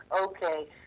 okay